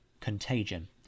contagion